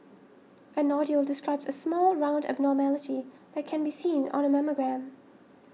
a nodule describes a small round abnormality that can be seen on a mammogram